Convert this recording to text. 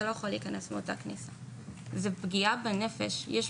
אבל אתה לא יכול להיכנס מאותה כניסה.